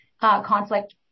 conflict